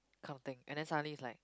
counting and then suddenly is like